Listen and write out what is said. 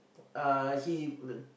uh he